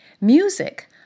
Music